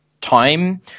time